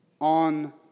on